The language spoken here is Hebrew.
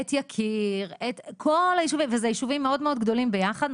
ואת יקיר ואלו ישובים מאוד מאוד גדולים ביחד,